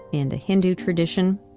in the hindu tradition,